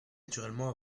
naturellement